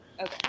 Okay